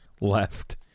left